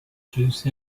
juice